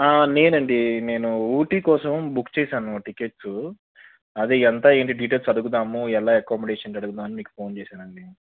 నేనండి నేను ఊటీ కోసం బుక్ చేశాను టిక్కెట్సు అది ఎంత ఏంటి డీటైల్స్ అడుగుదాము ఎలా ఎకామడేషన్ అడుగుదామని మీకు ఫోన్ చేశానండి